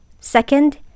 Second